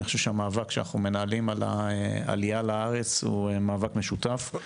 אני חושב שהמאבק שאנחנו מנהלים על העלייה לארץ הוא מאבק משותף,